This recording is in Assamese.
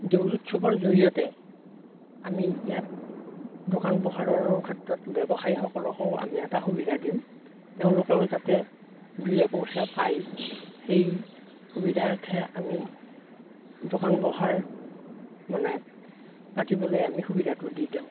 দৌল উৎসৱৰ জৰিয়তে আমি ইয়াত দোকান পোহাৰৰো ক্ষেত্ৰত ব্যৱসায়ীসকলকো আমি এটা সুবিধা দিওঁ তেওঁলোকেও যাতে দুই এপইচা পায় সেই সুবিধাৰ্থে আমি দোকান পোহাৰ মানে পাতিবলৈ আমি সুবিধাটো দি যাওঁ